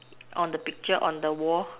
on the picture on the wall